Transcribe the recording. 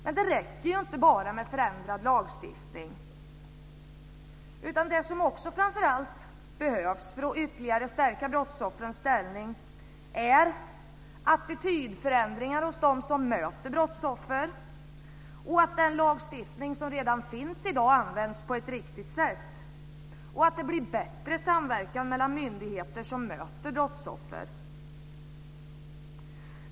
Men det räcker inte bara med förändrad lagstiftning, utan det som också, och framför allt, behövs för att stärka brottsoffrens ställning är attitydförändringar hos dem som möter brottsoffer och att den lagstiftning som redan finns i dag används på ett riktigt sätt. Det behöver också bli bättre samverkan mellan myndigheter som möter brottsoffer.